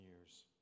years